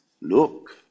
Look